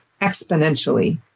exponentially